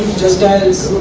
just dial,